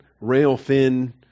rail-thin